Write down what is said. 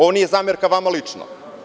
Ovo nije zamerka vama lično.